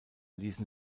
ließen